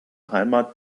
heimat